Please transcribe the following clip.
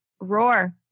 roar